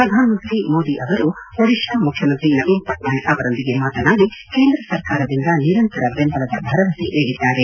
ಪ್ರಧಾನಮಂತ್ರಿ ಮೋದಿ ಅವರು ಒಡಿತಾ ಮುಖ್ಯಮಂತ್ರಿ ನವೀನ್ ಪಟ್ಕಾಯಕ್ ಅವರೊಂದಿಗೆ ಮಾತನಾಡಿ ಕೇಂದ್ರ ಸರ್ಕಾರದಿಂದ ನಿರಂತರ ಬೆಂಬಲದ ಭರವಸೆ ನೀಡಿದ್ದಾರೆ